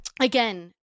again